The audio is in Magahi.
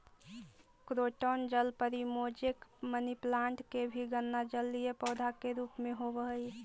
क्रोटन जलपरी, मोजैक, मनीप्लांट के भी गणना जलीय पौधा के रूप में होवऽ हइ